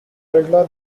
regular